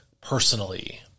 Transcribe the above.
personally